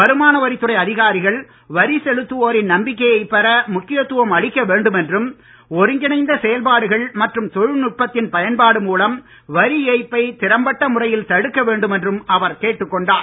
வருமான வரித்துறை அதிகாரிகள் வரி செலுத்துவோரின் நம்பிக்கையை பெற முக்கியத்துவம் அளிக்க வேண்டும் என்றும் ஒருங்கிணைந்த செயல்பாடுகள் மற்றும் தொழில்நுட்பத்தின் பயன்பாடு மூலம் வரி ஏய்ப்பை திறம்பட்ட முறையில் தடுக்க வேண்டும் என்றும் அவர் கேட்டுக் கொண்டார்